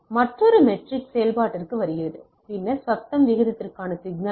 மற்றொரு மெட்ரிக் செயல்பாட்டுக்கு வருகிறது பின்னர் சத்தம் விகிதத்திற்கான சிக்னல் ஆகும்